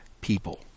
people